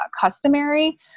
customary